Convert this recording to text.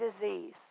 disease